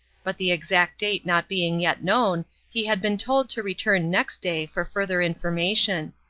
but the exact date not being yet known he had been told to return next day for further information.